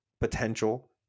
potential